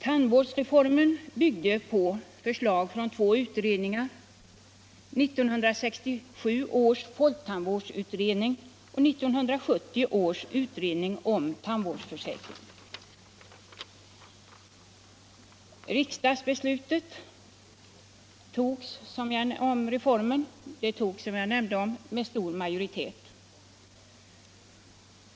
— Tandvårdsreformen byggde på förslag från två utredningar, 1967 års folktandvårdsutredning och 1970 års 167 Riksdagsbeslutet om reformen antogs, som jag nämnde, med stor majoritet.